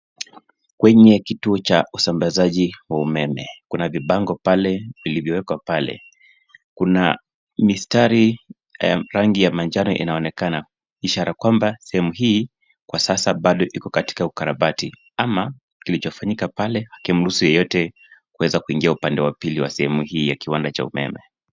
Kwenye kituo cha usambazaji wa umeme, kuna vibango pale vilivyowekwa pale. Kuna mistari, rangi ya manjano inaonekana, ishara kwamba sehemu hii kwa sasa bado katika ukarabati ama kilichofanyika pale hakimruhusu yeyote kuweza kuingia upande wa pili wa sehemu hii ya kiwanda cha umeme.